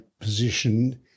position